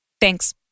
thanks